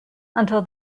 until